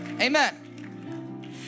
Amen